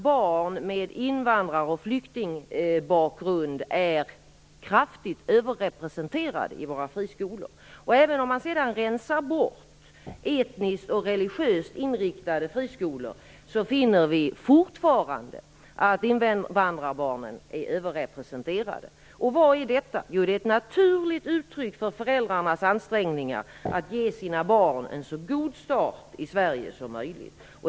Barn med invandrar och flyktingbakgrund är faktiskt kraftigt överrepresenterade i våra friskolor. Även om man rensar bort etniskt och religiöst inriktade friskolor finner man fortfarande att invandrarbarnen är överrepresenterade. Vad är det ett uttryck för? Jo, det är ett naturligt uttryck för föräldrarnas ansträngningar att ge sina barn en så god start i Sverige som möjligt.